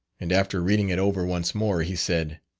and after reading it over once more, he said,